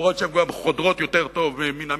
למרות שהן גם חודרות יותר טוב מן המנהרות.